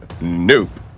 nope